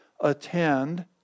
Attend